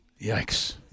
Yikes